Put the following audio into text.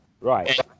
right